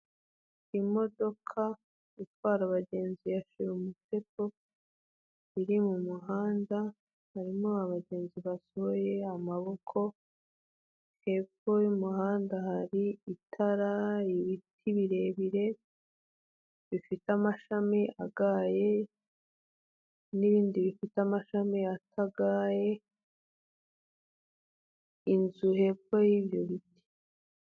Imodoka itwara abagenzi ya shira umuteto, iri mu muhanda, harimo abagenzi basohoye amaboko, hepfo y'umuhanda hari itara, ibiti birebire bifite amashami agaye n'ibindi bifite amashami atagaye, inzu hepfo y'ibyo biti.